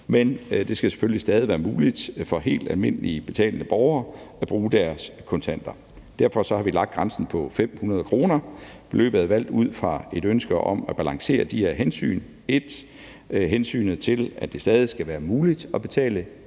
Men det skal selvfølgelig stadig være muligt for helt almindelige betalende borgere at bruge deres kontanter. Derfor har vi lagt grænsen på 500 kr. Beløbet er valgt ud fra et ønske om at balancere de her hensyn: 1) Det skal stadig være muligt at betale.